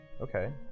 Okay